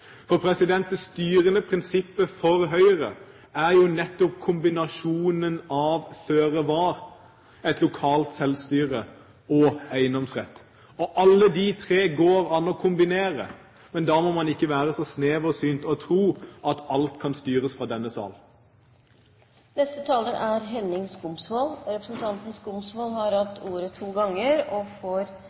Det styrende prinsippet for Høyre er jo nettopp kombinasjonen av føre var-holdning, et lokalt selvstyre og eiendomsrett. Alt dette går det an å kombinere, men da må man ikke være så sneversynt å tro at alt kan styres fra denne sal. Representanten Henning Skumsvoll har hatt ordet to ganger og